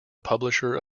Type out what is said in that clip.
publisher